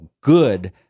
good